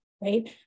right